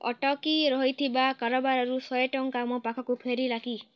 ଅଟକି ରହିଥିବା କାରବାରରୁ ଶହେ ଟଙ୍କା ମୋ ପାଖକୁ ଫେରିଲା କି